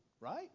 right